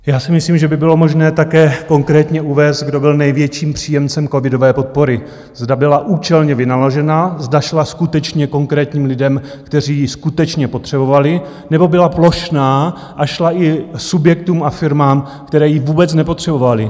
Já si myslím, že by bylo možné také konkrétně uvést, kdo byl největším příjemcem covidové podpory, zda byla účelně vynaložena, zda šla skutečně konkrétním lidem, kteří ji skutečně potřebovali, nebo byla plošná a šla i subjektům a firmám, které ji vůbec nepotřebovaly.